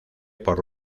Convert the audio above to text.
por